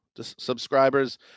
subscribers